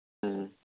ꯎꯝ